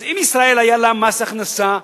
אז אם לישראל היה מס הכנסה,